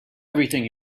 everything